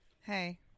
Hey